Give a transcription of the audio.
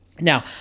now